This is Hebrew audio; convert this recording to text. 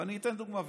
ואני אתן דוגמה.